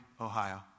Ohio